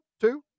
Two